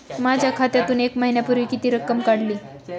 माझ्या खात्यातून एक महिन्यापूर्वी किती रक्कम काढली?